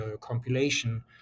compilation